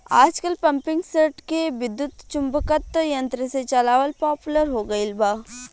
आजकल पम्पींगसेट के विद्युत्चुम्बकत्व यंत्र से चलावल पॉपुलर हो गईल बा